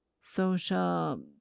social